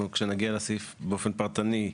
כשנגיע לסעיף באופן פרטני,